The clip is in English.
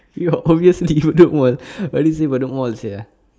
ya obviously bedok mall why did you say bedok mall sia